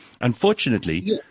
Unfortunately